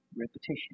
repetition